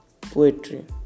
poetry